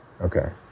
Okay